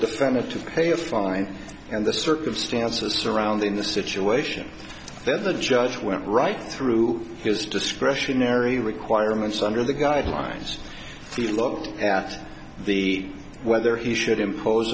defendant to pay a fine and the circumstances surrounding the situation there the judge went right through his discretionary requirements under the guidelines he looked at the whether he should impose